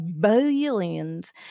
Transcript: Billions